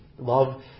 love